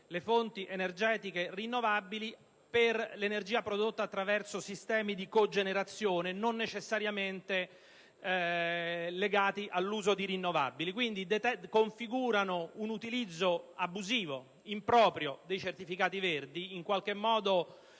le fonti energetiche rinnovabili) per l'energia prodotta attraverso sistemi di cogenerazione non necessariamente legati all'uso di rinnovabili. Quindi, di fatto, essi configurano un utilizzo abusivo ed improprio dei certificati verdi, in qualche modo